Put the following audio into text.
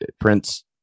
Prince